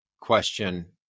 question